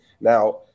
now